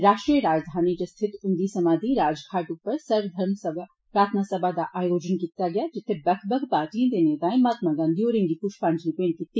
राश्ट्रीय राजधानी इच स्थित उन्दी समाधी राजघाट उप्पर सर्व र्धम प्रार्थना सभा दा बी आयोजित कीता गेआ जित्थे बक्ख बक्ख पार्टिएं दे नेताए महात्मा गांधी होरेंगी प्श्पांजली भेट कीती